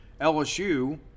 LSU